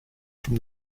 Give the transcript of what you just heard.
from